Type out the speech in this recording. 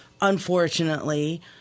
unfortunately